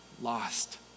lost